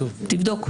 תבדוק,